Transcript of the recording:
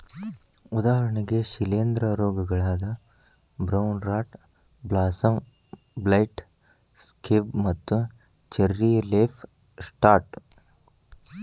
ಉದಾಹರಣೆಗೆ ಶಿಲೇಂಧ್ರ ರೋಗಗಳಾದ brown rot blossom blight, scab ಮತ್ತು ಚೆರ್ರಿ ಲೇಫ್ ಸ್ಪಾಟ್